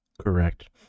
Correct